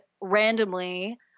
randomly